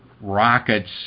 rockets